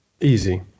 Easy